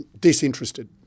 disinterested